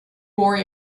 more